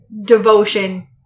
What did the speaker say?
devotion